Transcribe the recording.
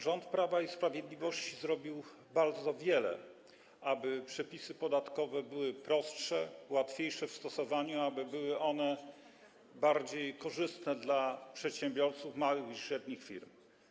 Rząd Prawa i Sprawiedliwości zrobił bardzo wiele, aby przepisy podatkowe były prostsze, łatwiejsze w stosowaniu, aby były one bardziej korzystne dla przedsiębiorców, małych i średnich firm.